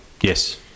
Yes